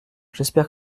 j’espère